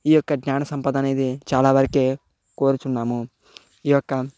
ఈ యొక్క జ్ఞాన సంపద అనేది చాలా వరకే కోరుచున్నాము ఈ యొక్క